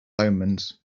omens